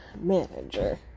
manager